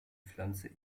pflanze